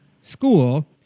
school